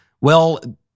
well-